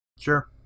Sure